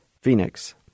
Phoenix